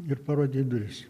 ir parodė į duris